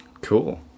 Cool